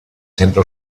sempre